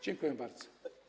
Dziękuję bardzo.